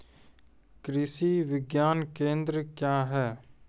कृषि विज्ञान केंद्र क्या हैं?